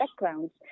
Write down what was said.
backgrounds